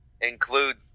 include